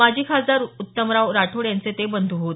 माजी खासदार उत्तमराव राठोड यांचे ते बंधू होत